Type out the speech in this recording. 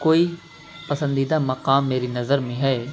کوئی پسندیدہ مقام میری نظر میں ہے